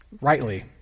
rightly